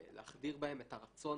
להחדיר בהם את הרצון